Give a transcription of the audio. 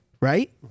Right